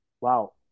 wow